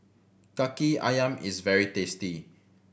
Kaki Ayam is very tasty